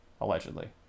Allegedly